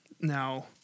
Now